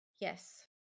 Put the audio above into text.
Yes